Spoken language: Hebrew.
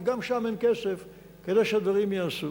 כי גם שם אין כסף כדי שהדברים ייעשו.